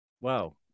Wow